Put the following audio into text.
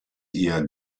ihr